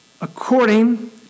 according